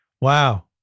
wow